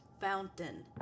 Fountain